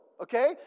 Okay